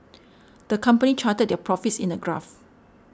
the company charted their profits in a graph